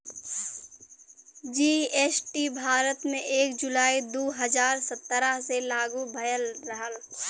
GST Bharat में एक जुलाई दू हजार सत्रह से लागू भयल रहल